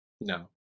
No